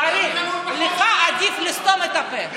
קרעי, לך עדיף לסתום את הפה.